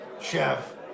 Chef